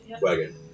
wagon